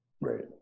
Right